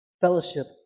fellowship